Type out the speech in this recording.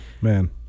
Man